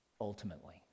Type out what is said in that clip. ultimately